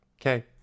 Okay